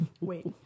Wait